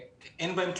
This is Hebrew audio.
אין בהם תלונות.